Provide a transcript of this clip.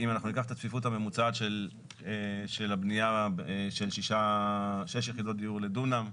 אם אנחנו ניקח את הצפיפות הממוצעת של הבנייה של שש יחידות דיור לדונם,